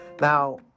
Now